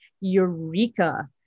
eureka